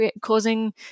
causing